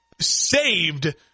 saved